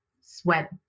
sweat